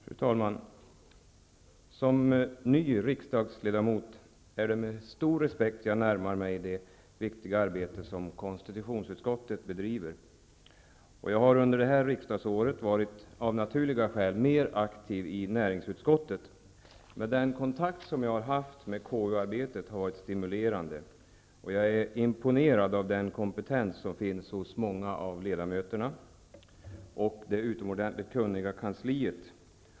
Fru talman! Som ny riksdagsledamot är det med stor respekt jag närmar mig det viktiga arbete som konsitutionsutskottet bedriver. Jag har under detta riksdagsår av naturliga skäl varit mer aktiv i näringsutskottet, men den kontakt jag haft med KU-arbetet har varit stimulerande, och jag är imponerad av den kompetens som finns hos många av ledamöterna, och det utomordentligt kunniga kansliet.